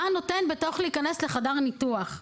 מה נותן להיכנס לחדר ניתוח?